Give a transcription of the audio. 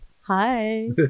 hi